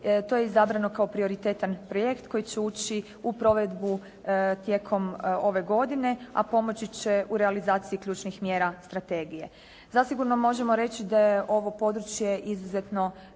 to je izabrano kao prioritetan projekt koji će ući u provedbu tijekom ove godine a pomoći će u realizaciji ključnih mjera strategije. Zasigurno možemo reći da je ovo područje izuzetno